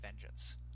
vengeance